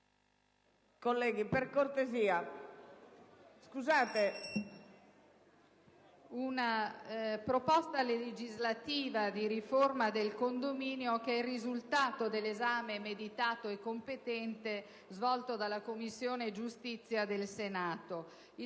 una proposta legislativa di riforma del condominio che è il risultato dell'esame meditato e competente svolto dalla Commissione giustizia del Senato.